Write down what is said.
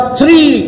three